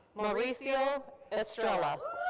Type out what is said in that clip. mauricio estrella.